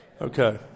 Okay